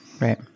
Right